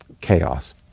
chaos